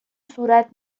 صورت